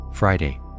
Friday